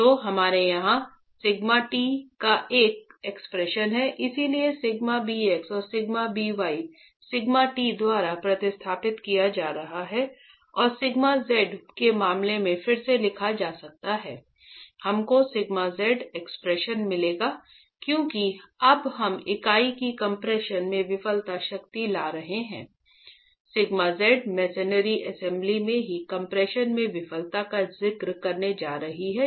तो हमारे यहाँ σ t में एक एक्सप्रेशन है इसलिए σ bx और σ by σt द्वारा प्रतिस्थापित किया जा रहा है और σz के मामले में फिर से लिखा जा सकता हैं हमको σz एक्सप्रेशन मिलेगा क्योंकि अब हम इकाई की कम्प्रेशन में विफलता शक्ति ला रहे हैं σz मेसेनरी असेंबली में ही कम्प्रेशन में विफलता का जिक्र करने जा रही है